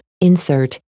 insert